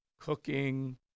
cooking